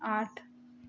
आठ